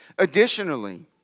Additionally